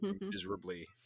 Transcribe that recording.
miserably